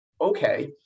okay